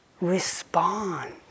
respond